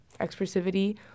expressivity